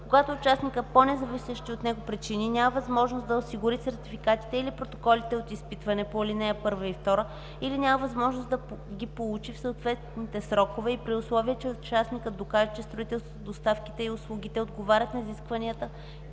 когато участникът по независещи от него причини няма възможност да осигури сертификатите или протоколите от изпитване по ал. 1 и 2 или няма възможност да ги получи в съответните срокове и при условие че участникът докаже, че строителството, доставките и услугите отговарят на изискванията